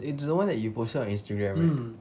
it's the one that you posted on instagram right